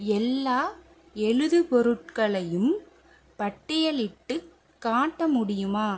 எல்லா எழுதுபொருட்களையும் பட்டியலிட்டுக் காட்ட முடியுமா